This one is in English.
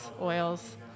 oils